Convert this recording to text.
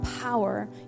power